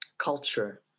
culture